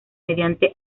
mediante